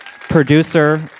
producer